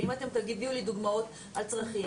ואם אתם תביאו לי דוגמאות על צרכים,